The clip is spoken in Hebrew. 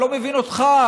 אני לא מבין אותך,